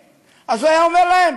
אז הוא היה אומר להם: